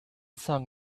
song